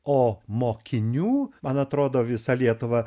o mokinių man atrodo visa lietuva